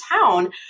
town